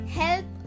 help